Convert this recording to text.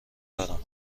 دارم